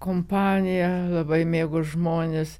kompaniją labai mėgo žmones